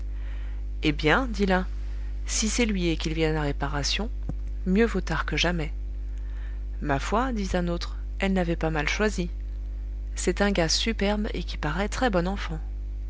eh bien dit l'un si c'est lui et qu'il vienne à réparation mieux vaut tard que jamais ma foi dit un autre elle n'avait pas mal choisi c'est un gars superbe et qui paraît très-bon enfant